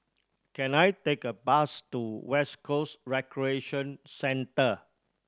can I take a bus to West Coast Recreation Centre